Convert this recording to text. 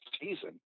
season